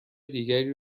دیگری